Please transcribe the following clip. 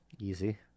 Easy